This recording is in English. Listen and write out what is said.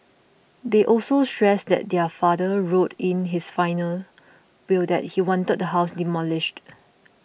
they also stressed that their father wrote in his final will that he wanted the house demolished